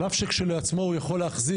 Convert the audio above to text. על אף שכשלעצמו הוא יכול להחזיק,